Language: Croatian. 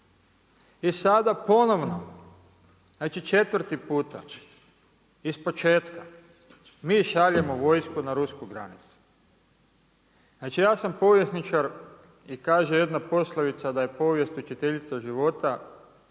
I sada ponovno, znači četvrti puta iz početka, mi šaljemo vojsku na rusku granicu. Znači ja sam povjesničar i kaže jedna poslovica da je „Povijest učiteljica života“,